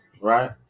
right